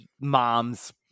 mom's